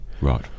right